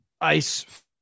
ice